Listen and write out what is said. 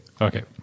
Okay